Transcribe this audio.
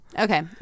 Okay